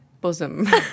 bosom